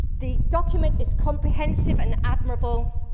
the document is comprehensive and admirable,